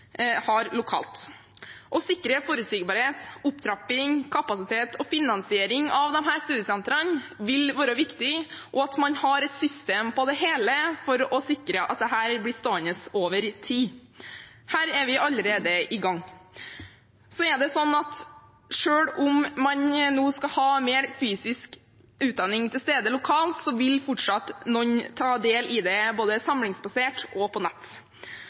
å sikre forutsigbarhet, opptrapping, kapasitet og finansiering av de studiesentrene, og at man har et system på det hele for å sikre at dette blir stående over tid. Her er vi allerede i gang. Men selv om man nå skal ha mer fysisk utdanning til stede lokalt, vil fortsatt noen ta del i det både samlingsbasert og på nett.